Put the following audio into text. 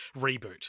reboot